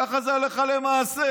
ככה זה הלכה למעשה,